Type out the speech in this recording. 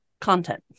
content